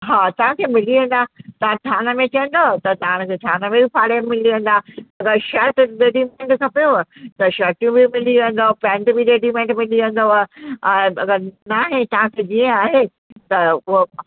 हा तव्हांखे मिली वेंदा तव्हां थान में चवंदव त तव्हांखे थान में फाड़े मिली वेंदा अगरि शर्ट रेडीमेड खपेव त शर्टूं बि मिली वेंदव पैंट बि रेडीमेड मिली वेंदव ऐं अगरि नाहे तव्हांखे जीअं आहे त उहो